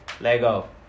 Lego